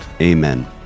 Amen